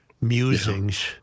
musings